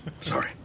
Sorry